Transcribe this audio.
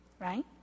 right